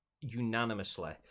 unanimously